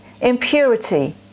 impurity